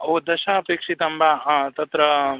ओ दश अपेक्षितं वा हा तत्र